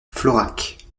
florac